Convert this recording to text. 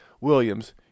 Williams